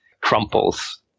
crumples